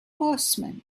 horsemen